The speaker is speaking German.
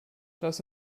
lass